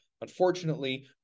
Unfortunately